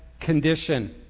condition